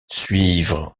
suivre